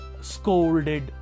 scolded